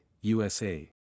USA